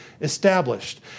established